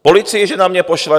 Policii že na mě pošle?